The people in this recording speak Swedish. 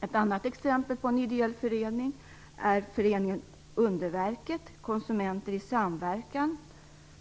Ett annat exempel på en ideell förening är föreningen Underverket - Konsumenter i samverkan,